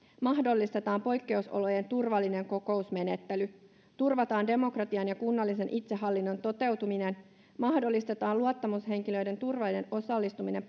mahdollistetaan poikkeusolojen turvallinen kokousmenettely turvataan demokratian ja kunnallisen itsehallinnon toteutuminen mahdollistetaan luottamushenkilöiden turvallinen osallistuminen